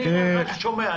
אני רק שומע.